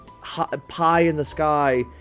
pie-in-the-sky